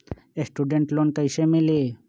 Student loan कैसे मिली?